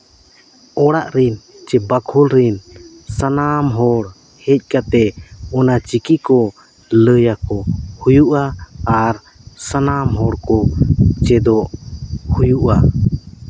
ᱚᱲᱟᱜ ᱨᱮᱱ ᱪᱮ ᱵᱟᱠᱷᱳᱞ ᱨᱮᱱ ᱥᱟᱱᱟᱢ ᱦᱚᱲ ᱦᱮᱡ ᱠᱟᱛᱮᱫ ᱚᱱᱟ ᱪᱤᱠᱤ ᱠᱚ ᱞᱟᱹᱭᱟᱠᱚ ᱦᱩᱭᱩᱜᱼᱟ ᱟᱨ ᱥᱟᱱᱟᱢ ᱦᱚᱲ ᱠᱚ ᱪᱮᱫᱚᱜ ᱦᱩᱭᱩᱜᱼᱟ